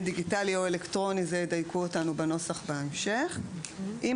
דיגיטלי או אלקטרוני" כאן ידייקו אותנו בנוסח בהמשך "אם